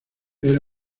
era